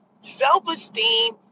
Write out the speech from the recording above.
self-esteem